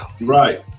Right